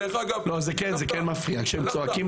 דרך אגב --- זה כן מפריע כשהם צועקים